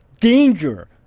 danger